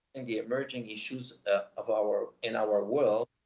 in the emerging issues ah of our, in our world,